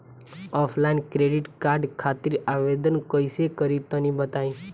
Offline credit card खातिर आवेदन कइसे करि तनि बताई?